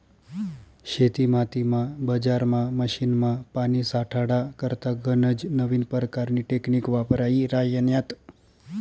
शेतीमातीमा, बजारमा, मशीनमा, पानी साठाडा करता गनज नवीन परकारनी टेकनीक वापरायी राह्यन्यात